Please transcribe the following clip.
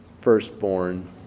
firstborn